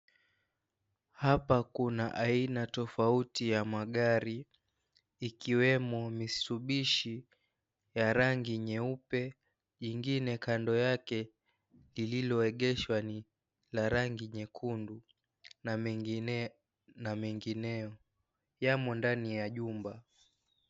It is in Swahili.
Hapa kuna aina tofauti ya magari ikiwemo Mitsubishi ya rangi nyeupe ingine kando yake ililoegeshwa la rangi nyekundu na mengineo yamo ndani ya chumba.